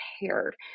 prepared